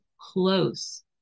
close